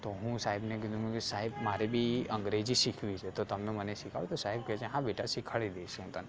તો હું સાહેબને કીધું મેં કીધું સાહેબ મારે બી અંગ્રેજી શીખવી છે તો તમે શીખવાડો તો સાહેબ કહે કે હા બેટા શીખવાડી દઇશ હું તને